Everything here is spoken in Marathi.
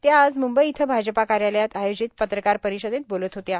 त्या आज मुंबई इथं भाजपा कार्यालयात आयोजित पत्रकार परिषदेत बोलत होत्या